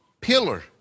pillar